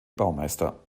baumeister